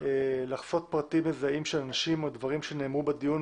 לכסות פרטים מזהים של אנשים על דברים שנאמרו בדיון.